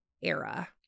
era